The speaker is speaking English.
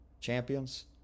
champions